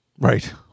Right